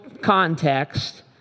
context